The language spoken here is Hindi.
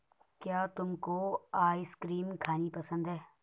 क्या तुमको आइसक्रीम खानी पसंद है?